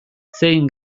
zein